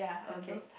okay